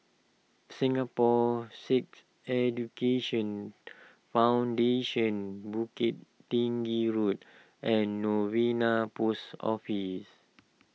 Singapore Sikh Education Foundation Bukit Tinggi Road and Novena Post Office